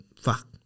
fuck